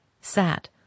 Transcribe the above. sat